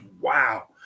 wow